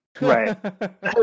Right